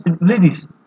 ladies